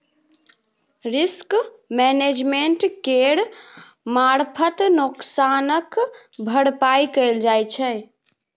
risk management केर मारफत नोकसानक भरपाइ कएल जाइ छै